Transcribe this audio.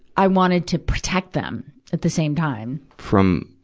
i wanted to protect them at the same time. from,